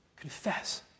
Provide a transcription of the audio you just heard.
Confess